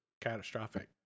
catastrophic